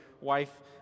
wife